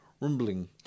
rumbling